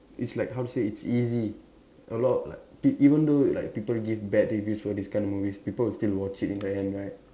it's like how to say it's easy a lot like p even though like people give bad reviews for this kind of movies people will still watch it in the end right